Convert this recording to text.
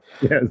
Yes